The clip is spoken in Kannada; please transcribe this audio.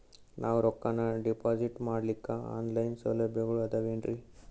ನಾವು ರೊಕ್ಕನಾ ಡಿಪಾಜಿಟ್ ಮಾಡ್ಲಿಕ್ಕ ಆನ್ ಲೈನ್ ಸೌಲಭ್ಯಗಳು ಆದಾವೇನ್ರಿ?